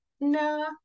no